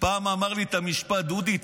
שפעם אמר לי את המשפט: דודי,